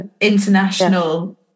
international